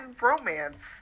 romance